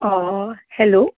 hello